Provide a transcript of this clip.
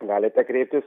galite kreiptis